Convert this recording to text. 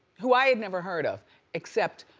who i had never heard of except,